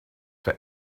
for